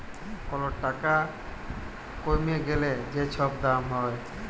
call টাকা কইমে গ্যালে যে ছব দাম হ্যয়